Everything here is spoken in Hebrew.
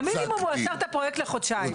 במינימום הוא עצר את הפרויקט לחודשיים.